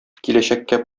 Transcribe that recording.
киләчәккә